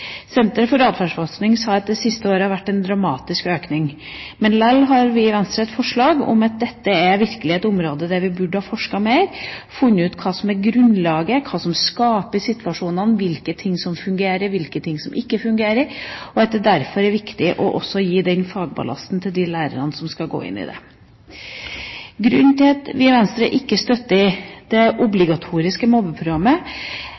for atferdsforskning sier at det i det siste året har vært en dramatisk økning. Likevel har vi i Venstre et forslag her, da dette virkelig er et område hvor vi burde ha forsket mer, funnet ut hva som er grunnlaget, hva som skaper situasjonene, hvilke ting som fungerer, hvilke ting som ikke fungerer. Det er viktig å gi de lærerne som skal gå inn i det, den fagballasten. Grunnen til at vi i Venstre ikke støtter det